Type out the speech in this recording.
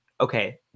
okay